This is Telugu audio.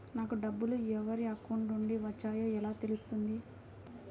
నాకు డబ్బులు ఎవరి అకౌంట్ నుండి వచ్చాయో ఎలా తెలుస్తుంది?